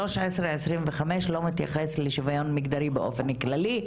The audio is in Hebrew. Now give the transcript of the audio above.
1325 לא מתייחס לשוויון מגדרי באופן כללי,